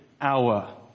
hour